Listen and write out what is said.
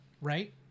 right